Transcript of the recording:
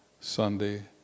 Sunday